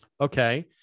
Okay